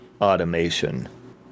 automation